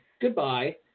goodbye